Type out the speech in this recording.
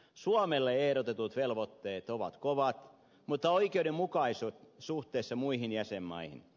suomelle ehdotetut velvoitteet ovat kovat mutta oikeudenmukaiset suhteessa muihin jäsenmaihin